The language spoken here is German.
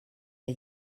der